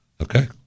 okay